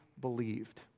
believed